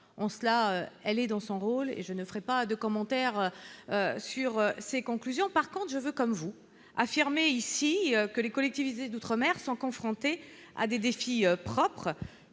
en cela, elle est dans son rôle et je ne ferai pas de commentaire sur ces conclusions par compte je veux comme vous affirmer ici que les collectivités d'outre-mer sont confrontés à des défis propres